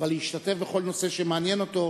אבל להשתתף בכל נושא שמעניין אותו,